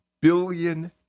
Billion